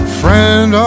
friend